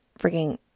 freaking